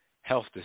health